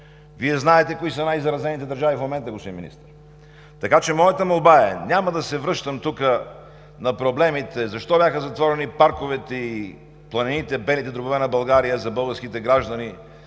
Вие знаете кои са най-заразените държави в момента, господин Министър. Така че моята молба е: няма да се връщам тук на проблемите защо бяха затворени парковете и планините – белите дробове на България, за българските граждани,